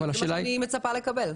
אנחנו שואפים.